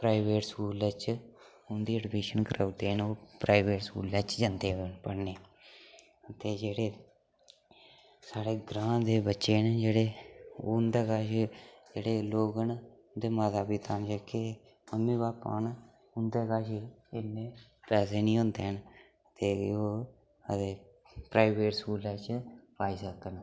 private स्कूलै च उंदी एडमिशन कराई ओड़दे न ओह् प्राइवेट स्कूलै च जंदे पढ़ने गी ते जेह्ड़े साढ़े ग्रांऽ दे बच्चे न जेह्ड़े उं'दे कश जेह्ड़े लोग न उं'दे माता पिता न जेह्के मम्मी भापा न उं'दे कश इ'न्ने पैसे निं होंदे हैन ते ओह् ते प्राइवेट स्कूलै च पाई सकन